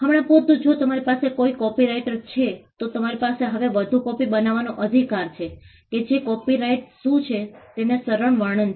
હમણાં પૂરતું જો તમારી પાસે કોપીરાઇટ છે તો તમારી પાસે હવે વધુ કોપી બનાવવાનો અધિકાર છે કે જે કોપીરાઇટ શું છે તેનું સરળ વર્ણન છે